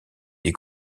des